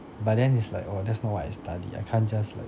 but then it's like oh that's not what I study I can't just like